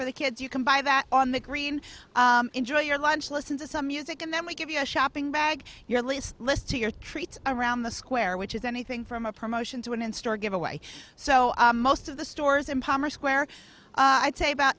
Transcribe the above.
for the kids you can buy that on the green enjoy your lunch listen to some music and then we give you a shopping bag your list listing your treats around the square which is anything from a promotion to an in store giveaway so most of the stores in palmer square i'd say about